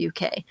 UK